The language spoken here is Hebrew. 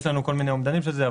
יש לנו כל מיני אומדנים של זה,